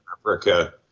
Africa